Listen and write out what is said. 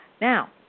Now